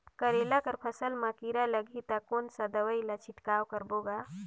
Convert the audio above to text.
करेला कर फसल मा कीरा लगही ता कौन सा दवाई ला छिड़काव करबो गा?